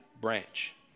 branch